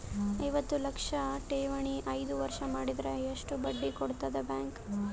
ಐವತ್ತು ಲಕ್ಷ ಠೇವಣಿ ಐದು ವರ್ಷ ಮಾಡಿದರ ಎಷ್ಟ ಬಡ್ಡಿ ಕೊಡತದ ಬ್ಯಾಂಕ್?